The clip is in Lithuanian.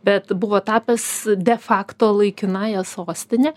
bet buvo tapęs de facto laikinąja sostine